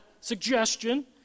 suggestion